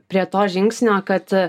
prie to žingsnio kad